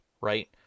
right